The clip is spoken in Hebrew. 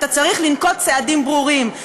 אתה צריך לנקוט צעדים ברורים,